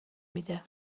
میده